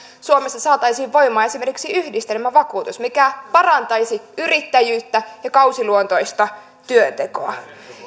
suomessa saataisiin voimaan yhdistelmävakuutus mikä parantaisi yrittäjyyttä ja kausiluontoista työntekoa